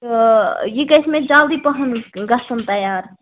تہٕ یہِ گَژھہِ مےٚ جلدی پَہم گَژھُن تیار